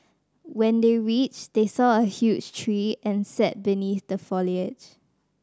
when they reached they saw a huge tree and sat beneath the foliage